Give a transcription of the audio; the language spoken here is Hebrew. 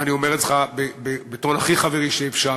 ואני אומר לך בטון הכי חברי שאפשר: